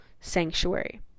sanctuary